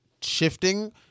shifting